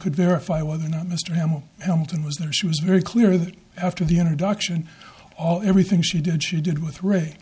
could verify whether or not mr hamel hamilton was there she was very clear that after the introduction of everything she did she did with ray